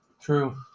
true